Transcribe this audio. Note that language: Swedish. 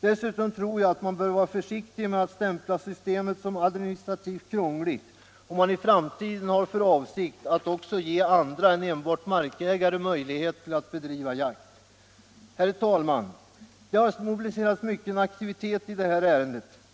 Dessutom tror jag att man bör vara försiktig att stämpla systemet som administrativt krångligt, om man i framtiden har för avsikt att också ge andra än enbart markägare möjligheten att bedriva jakt. Herr talman! Det har mobiliserats mycken aktivitet i detta ärende.